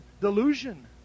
delusion